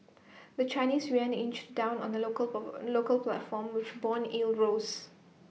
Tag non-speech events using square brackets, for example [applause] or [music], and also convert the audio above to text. the Chinese Yuan inched down on the local [unintelligible] local platform which Bond yields rose